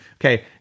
okay